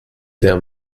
der